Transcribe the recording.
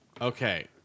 Okay